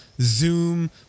Zoom